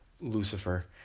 Lucifer